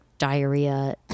Diarrhea